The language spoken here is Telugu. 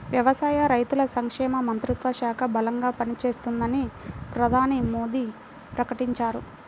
వ్యవసాయ, రైతుల సంక్షేమ మంత్రిత్వ శాఖ బలంగా పనిచేస్తుందని ప్రధాని మోడీ ప్రకటించారు